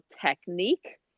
technique